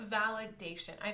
validation